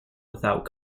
without